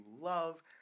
love